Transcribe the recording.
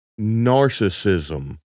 narcissism